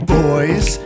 boys